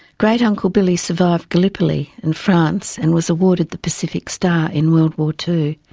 great uncle billy survived gallipoli and france and was awarded the pacific star in world war two.